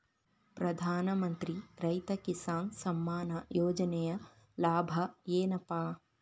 ಪ್ರಧಾನಮಂತ್ರಿ ರೈತ ಕಿಸಾನ್ ಸಮ್ಮಾನ ಯೋಜನೆಯ ಲಾಭ ಏನಪಾ?